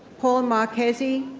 paul marchese,